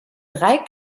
drei